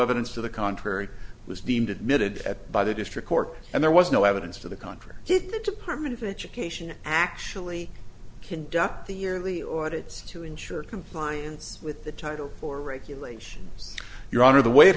evidence to the contrary it was deemed admitted at by the district court and there was no evidence to the contrary if the department of education actually conduct the yearly order it's to ensure compliance with the title or regulations your honor the way it